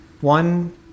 One